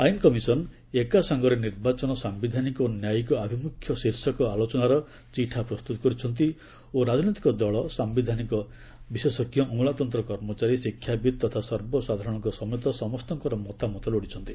ଆଇନ କମିଶନ ଏକ ସଙ୍ଗରେ ନିର୍ବାଚନ ସାୟିଧାନିକ ଓ ନ୍ୟାୟିକ ଆଭିମୁଖ୍ୟ ଶୀର୍ଷକ ଆଲୋଚନାର ଚିଠା ପ୍ରସ୍ତୁତ କରିଛନ୍ତି ଓ ରାଜନୈତିକ ଦଳ ସାମ୍ବିଧାନିକ ବିଶେଷଜ୍ଞ ଅମଲାତନ୍ତ କର୍ମଚାରୀ ଶିକ୍ଷାବିତ୍ ତଥା ସର୍ବସାଧାରଣଙ୍କ ସମେତ ସମସ୍ତଙ୍କର ମତାମତ ଲୋଡ଼ିଛନ୍ତି